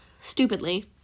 stupidly